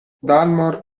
dalmor